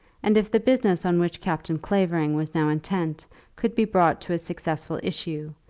and if the business on which captain clavering was now intent could be brought to a successful issue,